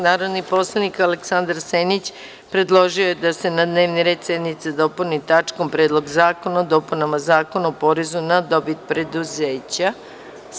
Narodni poslanik Aleksandar Senić, predložio je da se na dnevni red sednice dopuni tačkom – Predlog zakona o dopunama Zakona o porezu na dobit pravnih lica.